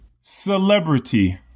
celebrity